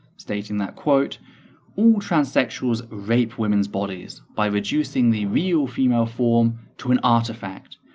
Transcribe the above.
stating that quote all transsexuals rape women's bodies by reducing the real female form to an artifact,